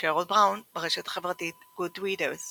שרוד בראון, ברשת החברתית Goodreads